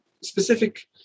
specific